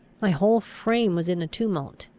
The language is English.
my whole frame was in a tumult.